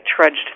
trudged